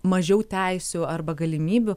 mažiau teisių arba galimybių